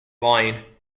line